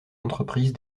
entreprise